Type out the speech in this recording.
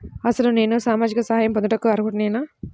అసలు నేను సామాజిక సహాయం పొందుటకు అర్హుడనేన?